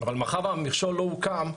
אבל מאחר והמכשול לא הוקם,